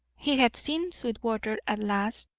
he had seen sweetwater at last,